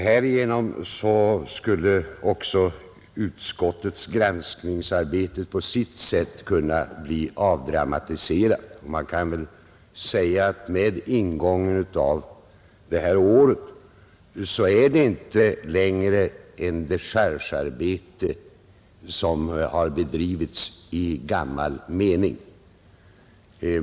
Härigenom skulle också utskottets granskningsarbete på sitt sätt kunna bli avdramatiserat. Med ingången av detta år är det inte längre ett dechargearbete i gammal mening som har bedrivits.